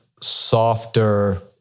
softer